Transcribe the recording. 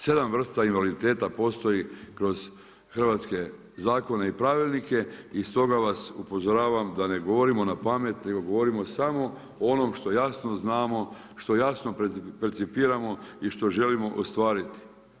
7 vrsta invaliditeta postoji kroz hrvatske zakone i pravilnike, i stoga vas upozoravam da ne govorimo na pamet nego govorimo samo o onom što jasno znamo, što jasno percipiramo i što želimo ostvariti.